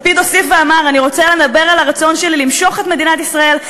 לפיד הוסיף ואמר: אני רוצה לדבר על הרצון שלי למשוך את מדינת ישראל,